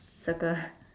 circle